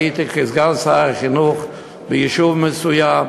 הייתי כסגן שר החינוך ביישוב מסוים,